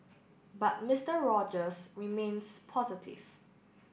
but Mister Rogers remains positive